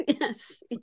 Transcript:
Yes